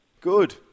Good